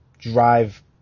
drive